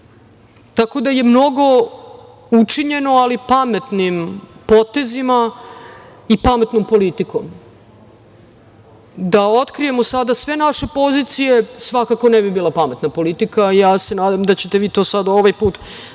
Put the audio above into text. da je mnogo učinjeno, ali pametnim potezima i pametnom politikom. Da otkrijemo sada sve naše pozicije svakako ne bi bila pametna politika. Ja se nadam da ćete vi to sada ovaj put razumeti